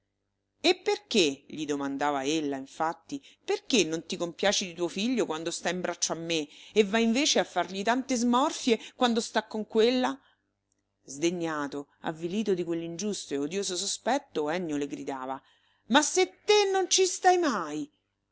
e perché gli domandava ella infatti perché non ti compiaci di tuo figlio quando sta in braccio a me e vai invece a fargli tante smorfie quando sta con quella sdegnato avvilito di quell'ingiusto e odioso sospetto ennio le gridava ma se con te non ci sta mai